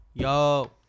Yo